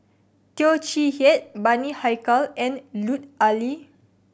Teo Chee Hean Bani Haykal and Lut Ali